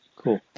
cool